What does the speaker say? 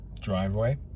driveway